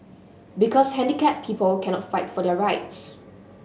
because handicapped people cannot fight for their rights